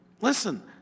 listen